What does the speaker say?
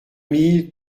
mille